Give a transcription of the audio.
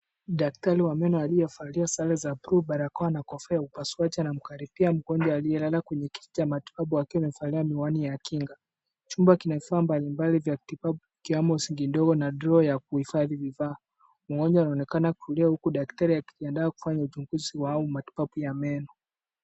Daktari wa meno aliyevalia sare za bluu, barakoa na kofia ya upasuaji anamkaribia mgonjwa aliyelala kwenye kiti cha matibabu akiwa amevalia miwani ya kinga, chumba kina vifaa mbalimbali vya matibabu ikiwemo sinki ndogo na drawer ya kuhifadhi vifaa, mmoja anaonekana kulia huku daktari akijiandaa kufanya uchunguzi au matibabu ya meno.